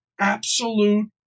absolute